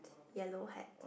yellow hat